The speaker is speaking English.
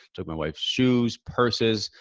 took my wife's shoes, purses,